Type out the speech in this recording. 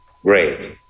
great